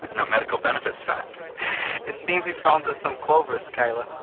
no medical benefits found it seems you've found us some clovers, keila!